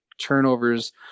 turnovers